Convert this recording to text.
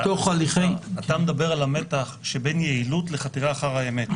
אתה מדבר על המתח שבין יעילות לחתירה אחר האמת.